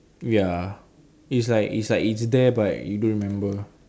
ya it's like it's like it's there but you don't remember